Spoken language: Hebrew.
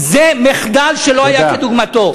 זה מחדל שלא היה כדוגמתו.